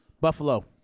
Buffalo